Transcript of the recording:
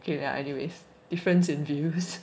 okay ya anyways difference in views